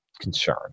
concern